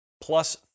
plus